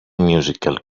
musical